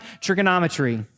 Trigonometry